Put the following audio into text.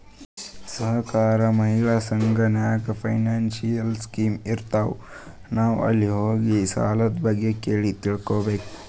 ಸಹಕಾರ, ಮಹಿಳೆಯರ ಸಂಘ ನಾಗ್ನೂ ಫೈನಾನ್ಸಿಯಲ್ ಸ್ಕೀಮ್ ಇರ್ತಾವ್, ನಾವ್ ಅಲ್ಲಿ ಹೋಗಿ ಸಾಲದ್ ಬಗ್ಗೆ ಕೇಳಿ ತಿಳ್ಕೋಬೇಕು